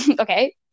Okay